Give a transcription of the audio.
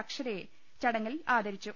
അ ക്ഷരയെ ചടങ്ങിൽ ആദരിച്ചു